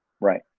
Right